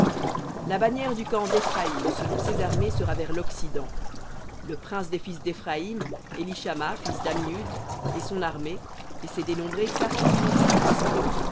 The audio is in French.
la bannière du camp d'éphraïm selon ses armées sera vers l'occident le prince des fils d'éphraïm élishama fils dammihud et son armée et ses dénombrés